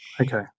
Okay